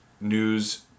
news